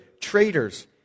traitors